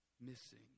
missing